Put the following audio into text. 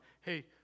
hey